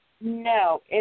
No